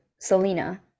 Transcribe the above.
Selena